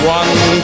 one